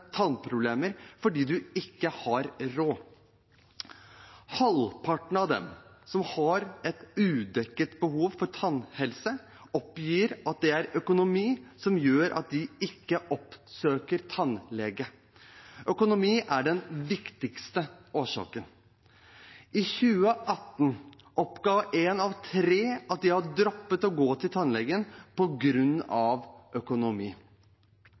tannproblemer fordi man ikke har råd. Halvparten av dem som har et udekket behov for tannhelse, oppgir at det er økonomi som gjør at de ikke oppsøker tannlege – økonomi er den viktigste årsaken. I 2018 oppga en av tre at de har droppet å gå til tannlegen på grunn av økonomi.